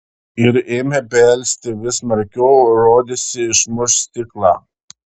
ir ėmė belsti vis smarkiau rodėsi išmuš stiklą